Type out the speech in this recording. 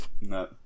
no